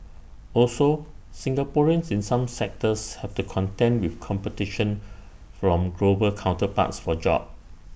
also Singaporeans in some sectors have to contend with competition from global counterparts for jobs